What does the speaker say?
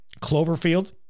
Cloverfield